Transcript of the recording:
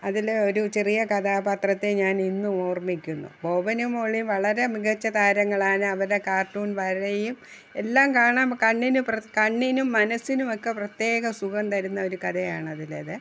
അതിൽ ഒരു ചെറിയ കഥാപാത്രത്തെ ഞാൻ ഇന്നും ഓർമ്മിക്കുന്നു ബോബനും മോളിയും വളരെ മികച്ചതാരങ്ങളാണ് അവരെ കാർട്ടൂൺ വരെയും എല്ലാം കാണാൻ കണ്ണിനും പ്ര കണ്ണിനും മനസ്സിനുമൊക്കെ പ്രത്യേക സുഖം തരുന്ന ഒരു കഥയാണ് അതിലത്